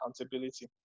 accountability